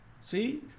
See